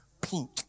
pink